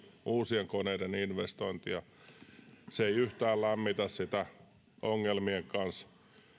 uusien koneiden investointia se ei yhtään lämmitä sitä ongelmien kanssa